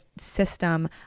system